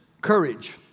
courage